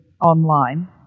online